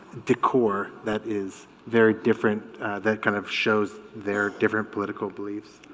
decor that is very different that kind of shows their different political beliefs